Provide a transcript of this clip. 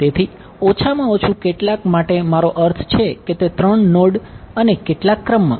તેથી ઓછામાં ઓછું કેટલાક માટે મારો અર્થ છે કે તે ત્રણ નોડ અને કેટલાક ક્રમમાં